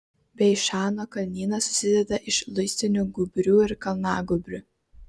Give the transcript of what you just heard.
beišano kalnynas susideda iš luistinių gūbrių ir kalnagūbrių